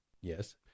Yes